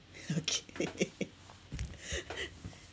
okay